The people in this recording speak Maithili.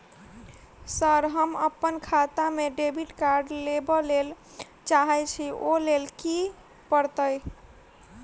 सर हम अप्पन खाता मे डेबिट कार्ड लेबलेल चाहे छी ओई लेल की परतै?